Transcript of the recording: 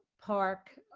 park.